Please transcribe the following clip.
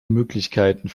möglichkeiten